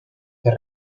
fer